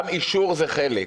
גם אישור זה חלק.